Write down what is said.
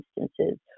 instances